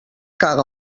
caga